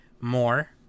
more